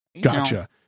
Gotcha